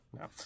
no